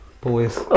boys